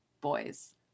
boys